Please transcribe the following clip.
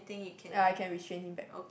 ya I can restrain him back